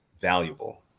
valuable